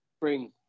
bring